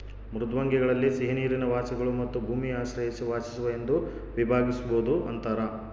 ಮೃದ್ವಂಗ್ವಿಗಳಲ್ಲಿ ಸಿಹಿನೀರಿನ ವಾಸಿಗಳು ಮತ್ತು ಭೂಮಿ ಆಶ್ರಯಿಸಿ ವಾಸಿಸುವ ಎಂದು ವಿಭಾಗಿಸ್ಬೋದು ಅಂತಾರ